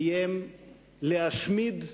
איים להשמיד,